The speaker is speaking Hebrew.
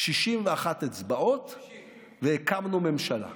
61 אצבעות, 60. והקמנו ממשלה.